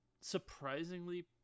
surprisingly